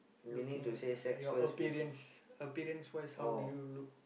looking at your appearance appearance wise how do you look